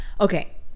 okay